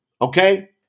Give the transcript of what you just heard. Okay